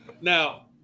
Now